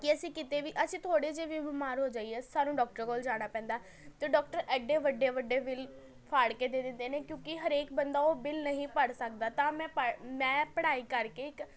ਕਿ ਅਸੀਂ ਕਿਤੇ ਵੀ ਅਸੀਂ ਥੋੋੜ੍ਹੇ ਜਿਹੇ ਵੀ ਬਿਮਾਰ ਹੋ ਜਾਈਏ ਸਾਨੂੰ ਡੋਕਟਰ ਕੋਲ ਜਾਣਾ ਪੈਂਦਾ ਅਤੇ ਡੋਕਟਰ ਐਡੇ ਵੱਡੇ ਵੱਡੇ ਬਿੱਲ ਫਾੜ ਕੇ ਦੇ ਦਿੰਦੇ ਨੇ ਕਿਉਂਕਿ ਹਰੇਕ ਬੰਦਾ ਓਹ ਬਿੱਲ ਨਹੀਂ ਪੜ੍ਹ ਸਕਦਾ ਤਾਂ ਮੈਂ ਪੜ੍ਹ ਮੈਂ ਪੜ੍ਹਾਈ ਕਰਕੇ ਇੱਕ